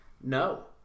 No